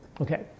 okay